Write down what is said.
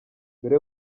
mbere